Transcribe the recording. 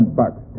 bucks